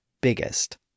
biggest